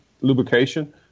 lubrication